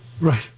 Right